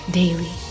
daily